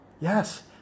Yes